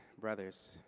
brothers